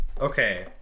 okay